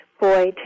boy